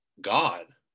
god